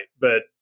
but-